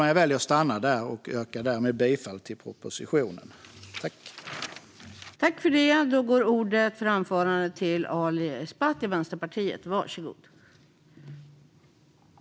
Jag väljer att stanna där och yrkar därmed bifall till förslaget i betänkandet.